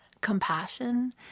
compassion